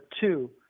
two